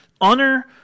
honor